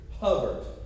hovered